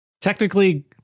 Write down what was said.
technically